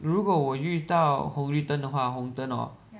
如果我遇到红绿灯的话红灯 hor